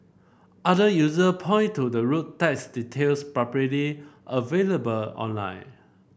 other user point to the road tax details publicly available online